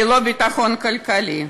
ללא ביטחון כלכלי.